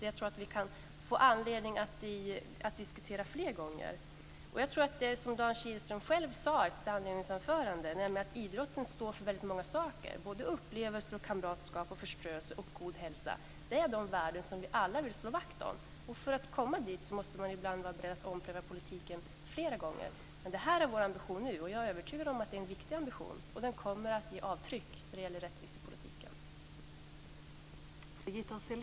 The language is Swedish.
Jag tror att vi kan få anledning att diskutera det flera gånger. Dan Kihlström sade själv i sitt inledningsanförande att idrotten står för väldigt många saker: upplevelser, kamratskap, förströelse och god hälsa. Det är de värden som vi alla vill slå vakt om, och för att komma dit måste man ibland vara beredd att ompröva politiken flera gånger. Det här är vår ambition nu, och jag är övertygad om att den är viktig. Den kommer att ge avtryck i rättvisepolitiken.